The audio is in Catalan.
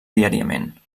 diàriament